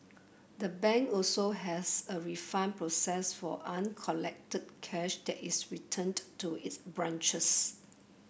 the bank also has a refund process for uncollected cash that is returned to its branches